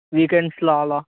వీకెండ్స్లో అలా